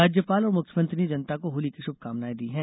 राज्यपाल और मुख्यमंत्री ने जनता को होली की शुभकामना दी है